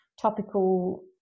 topical